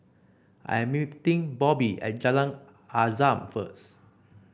I'm meeting Bobby at Jalan Azam first